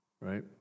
Right